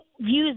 views